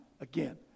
again